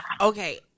Okay